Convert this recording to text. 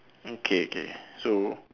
okay K so